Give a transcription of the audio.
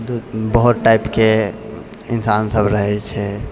बहुत टाइपके इन्सान सभ रहै छै